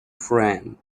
friend